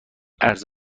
ارز